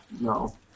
No